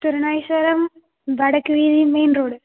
திருநாகேஸ்வரம் வடக்கு வீதி main road